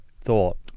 thought